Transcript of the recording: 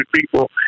people